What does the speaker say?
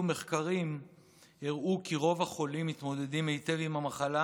מחקרים הראו כי רוב החולים מתמודדים היטב עם המחלה